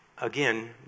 Again